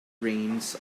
reins